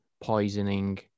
poisoning